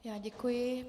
Já děkuji.